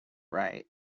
right